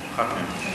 אחת מהן.